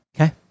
Okay